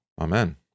Amen